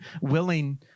willing